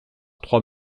trois